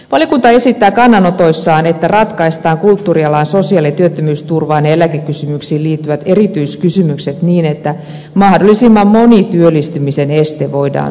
valiokunta esittää kannanotoissaan että ratkaistaan kulttuurialan sosiaali ja työttömyysturvaan ja eläkekysymyksiin liittyvät erityiskysymykset niin että mahdollisimman moni työllistymisen este voidaan poistaa